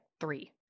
three